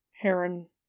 Heron